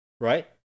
Right